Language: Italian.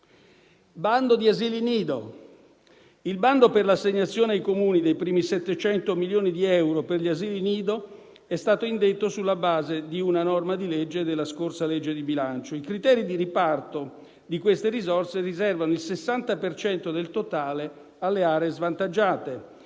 il bando per l'assegnazione ai Comuni dei primi 700 milioni di euro per gli asili nido è stato indetto sulla base di una norma della scorsa legge di bilancio. I criteri di riparto di queste risorse riservano il 60 per cento del totale alle aree svantaggiate,